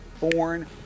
born